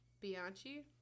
Bianchi